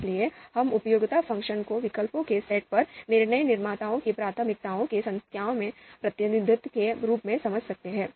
इसलिए हम उपयोगिता फ़ंक्शन को विकल्पों के सेट पर निर्णय निर्माताओं की प्राथमिकताओं के संख्यात्मक प्रतिनिधित्व के रूप में समझ सकते हैं